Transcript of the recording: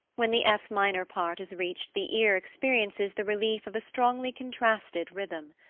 when the f minor part is reached the ear experiences the relief of a strongly contrasted rhythm.